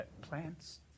Plants